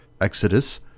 Exodus